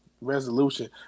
resolution